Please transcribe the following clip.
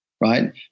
Right